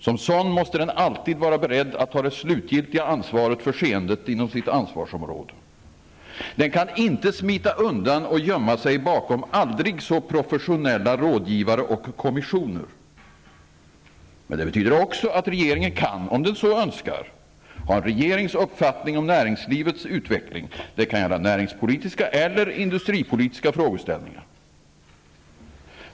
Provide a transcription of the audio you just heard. Som sådan måste den alltid vara beredd att ta det slutgiltiga ansvaret för skeendet inom sitt ansvarsområde. Den kan inte smita undan och gömma sig bakom aldrig så professionella rådgivare och kommissioner. Men det betyder också att regeringen kan, om den så önskar, ha en regerings uppfattning om näringslivets utveckling. Det kan gälla näringspolitiska eller industripolitiska frågeställningar.